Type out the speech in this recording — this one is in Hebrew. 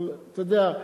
אבל אתה יודע,